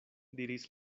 diris